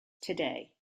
today